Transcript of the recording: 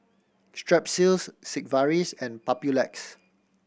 Strepsils Sigvaris and Papulex